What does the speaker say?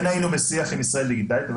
כן היינו בשיח עם “ישראל דיגיטלית” אבל